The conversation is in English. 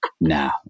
now